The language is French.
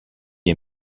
est